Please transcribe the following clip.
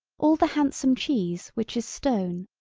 all the handsome cheese which is stone,